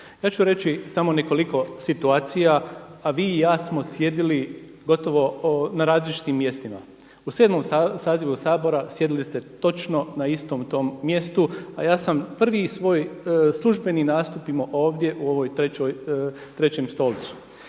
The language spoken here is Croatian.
Ja ću reći samo nekoliko situacija a vi i ja smo sjedili gotovo na različitim mjestima. U 7. sazivu Sabora sjedili ste točno na istom tom mjestu a ja sam prvi svoj službeni nastup imao ovdje u ovom trećem stolcu.